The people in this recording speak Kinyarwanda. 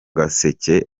gaseke